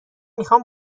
میخام